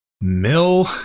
mill